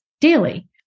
daily